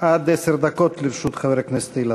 עד עשר דקות לרשות חבר הכנסת אילטוב.